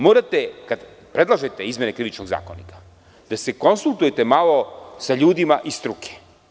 Morate, kad predlažete izmene krivičnog zakonika da se konsultujete malo sa ljudima iz struke.